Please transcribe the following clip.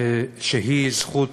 שהיא זכות